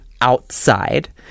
outside